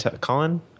Colin